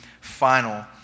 final